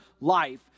life